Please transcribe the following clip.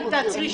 תעצרי.